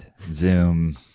Zoom